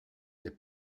n’est